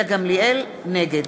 נגד